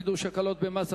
חידוש הקלות במס),